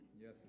Yes